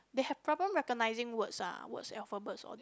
they have problem recognising words ah words alphabets all that